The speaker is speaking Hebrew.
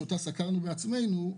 שאותה סקרנו בעצמנו,